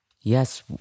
Yes